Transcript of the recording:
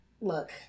look